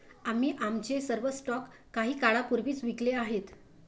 आम्ही आमचे सर्व स्टॉक काही काळापूर्वीच विकले आहेत